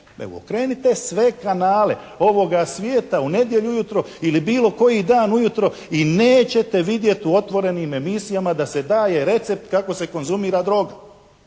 Evo, okrenite sve kanale ovoga svijeta u nedjelju ujutro ili bilo koji dan ujutro i nećete vidjet u otvorenim emisijama da se daje recept kako se konzumira droga.